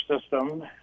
system